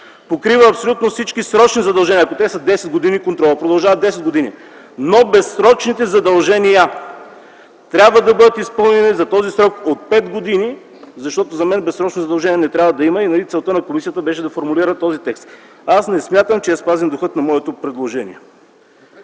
покрива абсолютно всички срочни задължения. Ако те са 10 години, контролът продължава 10 години, но безсрочните задължения трябва да бъдат изпълнени за този срок от 5 години, защото за мен безсрочни задължения не трябва да има. Нали целта на комисията беше да формулира този текст? Аз не смятам, че е спазен духът на моето предложение.